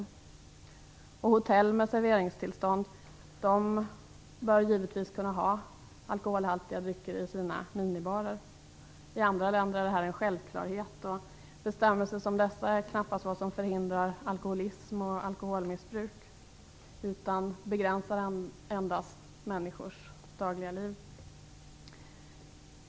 Dessutom bör givetvis även hotell med serveringstillstånd kunna ha alkoholhaltiga drycker i sina minibarer. I andra länder är detta en självklarhet. De bestämmelser som det här gäller är knappast vad som förhindrar alkoholism och missbruk utan begränsar endast människors dagliga liv.